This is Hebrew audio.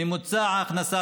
ממוצע ההכנסה,